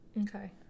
okay